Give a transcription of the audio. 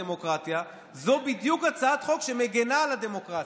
"דמוקרטיה" זו בדיוק הצעת חוק שמגינה על הדמוקרטיה,